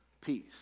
peace